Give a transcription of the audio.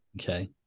Okay